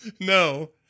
No